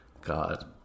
God